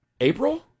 April